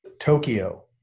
Tokyo